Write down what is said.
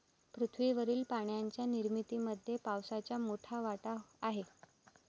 पृथ्वीवरील पाण्याच्या निर्मितीमध्ये पावसाचा मोठा वाटा आहे